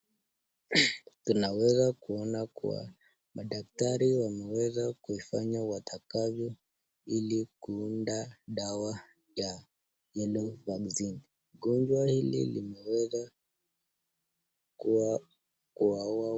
Tunaweza kuona kuwa, madaktari wameweza kufanya watakavyo ili kuunda dawa ya yellow vaccine . Gonjwa hili limeweza kuwa kuwaua.